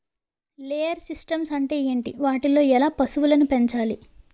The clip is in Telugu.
లేయర్ సిస్టమ్స్ అంటే ఏంటి? వాటిలో ఎలా పశువులను పెంచాలి?